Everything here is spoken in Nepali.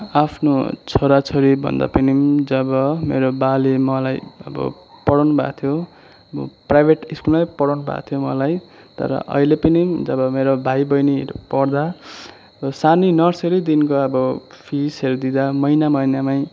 आफ्नो छोराछोरी भन्दा पनि जब मेरो बाले मलाई अब पढाउनु भएको थियो प्राइभेट स्कुलमै पढाउनु भएको थियो मलाई तर अहिले पनि जब मेरो भाइ बहिनीहरू पढ्दा सानै नर्सरीदेखिको अब फिसहरू दिँदा महिना महिनामै